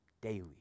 daily